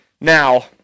Now